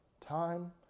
time